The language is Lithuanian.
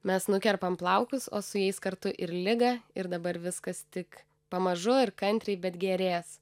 mes nukerpam plaukus o su jais kartu ir ligą ir dabar viskas tik pamažu ir kantriai bet gerės